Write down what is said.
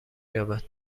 یابد